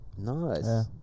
Nice